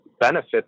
benefit